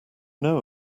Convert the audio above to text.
know